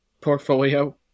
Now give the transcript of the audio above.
portfolio